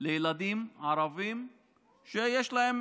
לילדים ערבים שיש להם